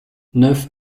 neuf